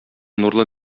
нурлы